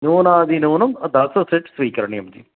न्यूनातिन्यूनं दश सेट् स्वीकरणीयं जि